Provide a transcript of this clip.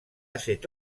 cette